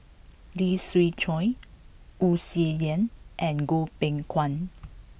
Lee Siew Choh Wu Tsai Yen and Goh Beng Kwan